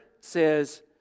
says